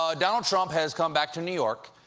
ah donald trump has come back to new york,